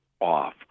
off